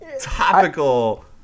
Topical